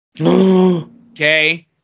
okay